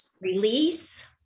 release